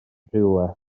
rhywle